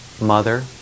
mother